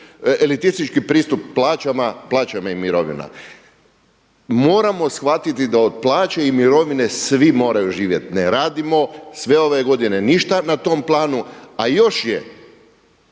elitistički pristup plaćama i mirovinama. Moramo shvatiti da od plaće i mirovine svi moraju živjeti. Ne radimo sve ove godine ništa na tom planu, a još je